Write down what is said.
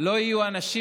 לא יהיו אנשים,